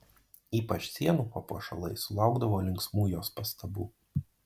ypač sienų papuošalai sulaukdavo linksmų jos pastabų